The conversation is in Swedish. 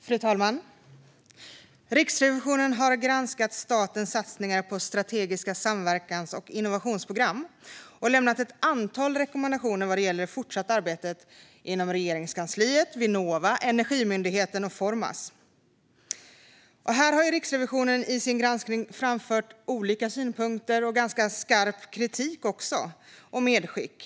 Fru talman! Riksrevisionen har granskat statens satsningar på strategiska samverkans och innovationsprogram och lämnat ett antal rekommendationer vad gäller det fortsatta arbetet inom Regeringskansliet, Vinnova, Energimyndigheten och Formas. Riksrevisionen har i sin granskning framfört olika synpunkter och också ganska skarp kritik och medskick.